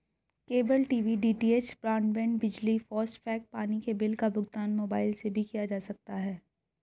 cable TV DTH, broadband, बिजली, FASTag, पानी के बिल का भुगतान मोबाइल से भी किया जा सकता है